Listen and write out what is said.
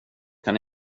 kan